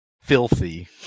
filthy